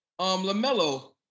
LaMelo